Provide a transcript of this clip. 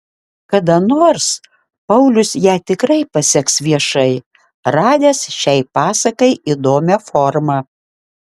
kada nors paulius ją tikrai paseks viešai radęs šiai pasakai įdomią formą